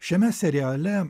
šiame seriale